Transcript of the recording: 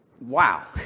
wow